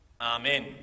Amen